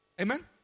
Amen